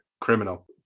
criminal